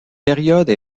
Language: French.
période